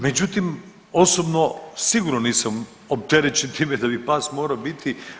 Međutim, osobno sigurno nisam opterećen time da bi pas morao biti.